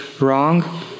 Wrong